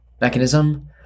mechanism